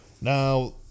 now